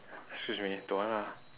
excuse me don't want lah